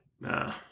Nah